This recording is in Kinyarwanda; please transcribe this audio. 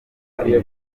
ari